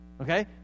okay